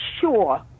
sure